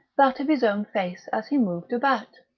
that of his own face, as he moved about.